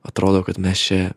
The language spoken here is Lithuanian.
atrodo kad mes čia